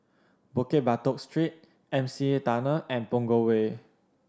Bukit Batok Street M C E Tunnel and Punggol Way